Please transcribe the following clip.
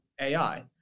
AI